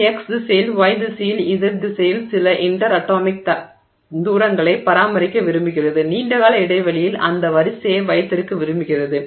இது x திசையில் y திசையில் z திசையில் சில இன்டெர் அட்டாமிக் தூரங்களை பராமரிக்க விரும்புகிறது நீண்ட கால இடைவெளியில் அந்த வரிசையை வைத்திருக்க விரும்புகிறது